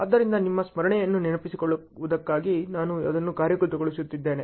ಆದ್ದರಿಂದ ನಿಮ್ಮ ಸ್ಮರಣೆಯನ್ನು ನೆನಪಿಸಿಕೊಳ್ಳುವುದಕ್ಕಾಗಿ ನಾನು ಅದನ್ನು ಕಾರ್ಯಗತಗೊಳಿಸುತ್ತೇನೆ